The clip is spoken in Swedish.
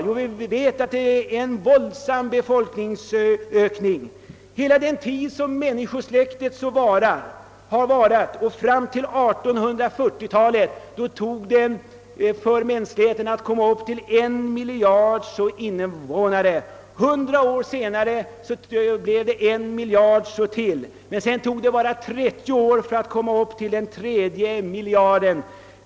Jo, vi vet att det försiggår en våldsam befoikningsökning. Under hela den tid som människosläktet har funnits och fram till 1840-talet kom mänskligheten upp till befolkning av en miljard. Hundra år senare hade det blivit en miljard till, men sedan tog det bara 30 år för att komma upp till den tredje miljarden.